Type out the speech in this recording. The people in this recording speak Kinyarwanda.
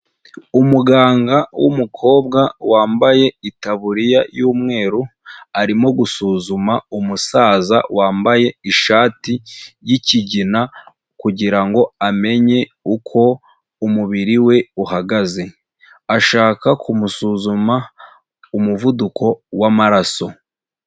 Umuganga w'umukobwa, wambaye itaburiya y'umweru, arimo gusuzuma umusaza wambaye ishati y'ikigina kugira ngo amenye uko umubiri we uhagaze. Ashaka kumusuzuma umuvuduko w'amaraso.